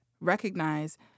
recognize